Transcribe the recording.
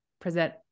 present